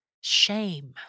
shame